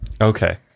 okay